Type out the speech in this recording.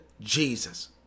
Jesus